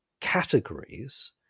categories